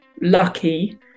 lucky